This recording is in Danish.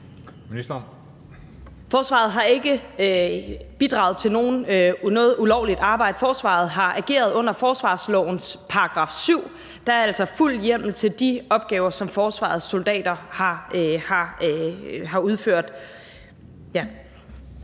Forsvaret har ikke bidraget til noget ulovligt arbejde. Forsvaret har ageret under forsvarslovens § 7. Der er altså fuld hjemmel til de opgaver, som forsvarets soldater har udført.